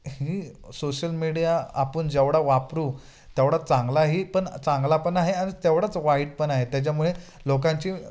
ही social media आपण जेवढा वापरू तेवढा चांगलाही पण चांगला पण आहे अन तेवढंच वाईट पण आहे त्याच्यामुळे लोकांची